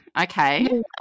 okay